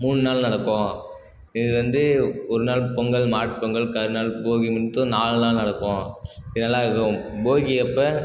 மூண் நாள் நடக்கும் இது வந்து ஒரு நாள் பொங்கல் மாட்டுப்பொங்கல் கரி நாள் போகி மொத்தம் நால் நாள் நடக்கும் இது நல்லாயிருக்கும் போகி அப்போ